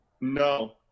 No